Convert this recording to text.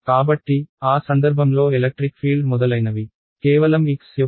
కాబట్టి ఆ సందర్భంలో ఎలక్ట్రిక్ ఫీల్డ్ మొదలైనవి కేవలం x యొక్క ఫంక్షన్